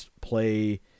play